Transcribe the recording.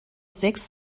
sechs